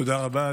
תודה רבה.